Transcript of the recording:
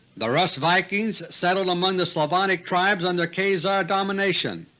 the rus vikings settled among the slavonic tribes under khazar domination,